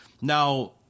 now